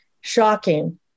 Shocking